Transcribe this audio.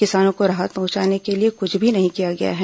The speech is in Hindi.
किसानों को राहत पहुंचाने के लिए कुछ भी नहीं किया गया है